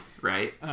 right